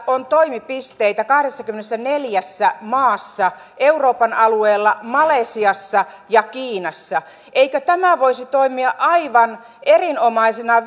on toimipisteitä kahdessakymmenessäneljässä maassa euroopan alueella malesiassa ja kiinassa eikö tämä voisi toimia aivan erinomaisena